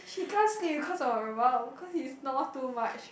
she can't sleep because of my mum cause he snores too much